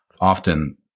often